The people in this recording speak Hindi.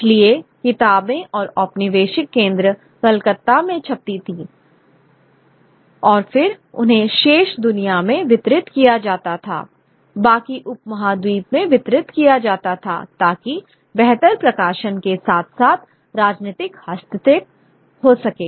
इसलिए किताबें औपनिवेशिक केंद्र कलकत्ता में छपती थीं और फिर उन्हें शेष दुनिया में वितरित किया जाता था बाकी उपमहाद्वीप में वितरित किया जाता था ताकि बेहतर प्रशासन के साथ साथ राजनीतिक हस्तक्षेप हो सके